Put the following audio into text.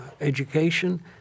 education